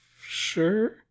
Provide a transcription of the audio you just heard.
Sure